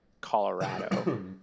Colorado